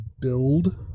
build